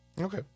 Okay